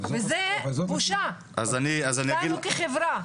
וזה בושה לנו כחברה.